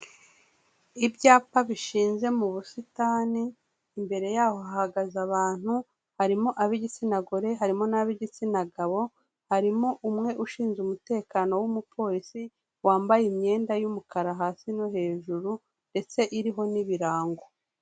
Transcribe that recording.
Ibyapa bishinze mu busitani, imbere yaho hahagaze abantu, harimo ab'igitsina gore, harimo n'ab'igitsina gabo, harimo umwe ushinzwe umutekano w'umupolisi wambaye imyenda y'umukara hasi no hejuru ndetse iriho n'ibirango.